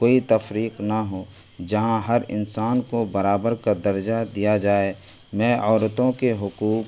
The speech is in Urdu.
کوئی تفریق نہ ہو جہاں ہر انسان کو برابر کا درجہ دیا جائے میں عورتوں کے حقوق